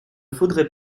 faudrait